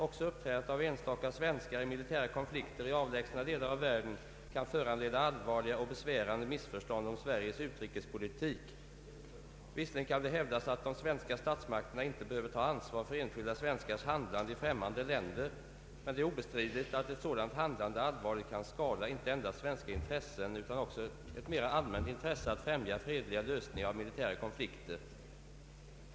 Också uppträdande av enstaka svenskar i militära konflikter i avlägsna delar av världen kan föranleda allvarliga och besvärande missförstånd om Sveriges utrikespolitik. Visserligen kan det hävdas att de svenska statsmakterna inte behöver ta ansvar för enskilda svenskars handlande i främmande länder. Men obestridligt är att ett sådant handlande allvarligt kan skada inte endast svenska intressen utan också ett mera allmänt intresse att främja fredliga lösningar av militära konflikter.